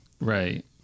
right